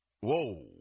Whoa